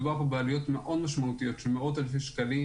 מדובר פה בעלויות מאוד משמעותיות של מאות אלפי שקלים,